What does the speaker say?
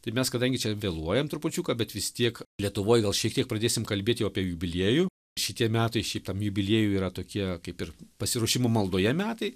tai mes kadangi čia vėluojam trupučiuką bet vis tiek lietuvoj gal šiek tiek pradėsim kalbėti jau apie jubiliejų šitie metai šitam jubiliejui yra tokie kaip ir pasiruošimo maldoje metai